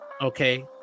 Okay